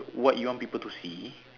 what you want people to see